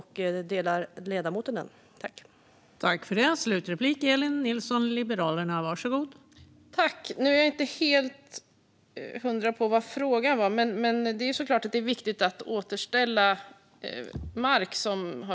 Håller ledamoten med om den?